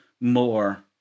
more